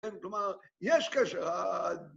כלומר? כלומר, ישר קשר ‫ה...